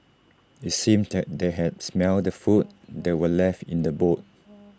IT seemed that they had smelt the food that were left in the boot